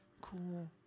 cool